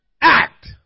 act